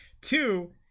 Two